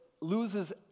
loses